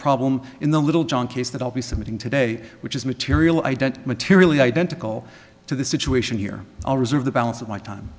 problem in the littlejohn case that i'll be submitting today which is material i don't materially identical to the situation here i'll reserve the balance of my time